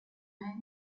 name